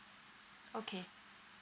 okay